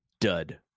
dud